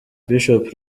bishop